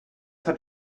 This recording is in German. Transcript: hat